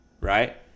right